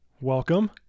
welcome